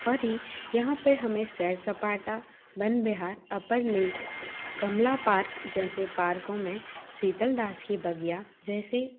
और ही यहाँ पर हमें सैर सपाटा Van Vihar upper lake Kamla park जैसे पार्कों में शीतल दास की बगिया जैसी